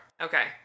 Okay